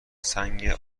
سنگ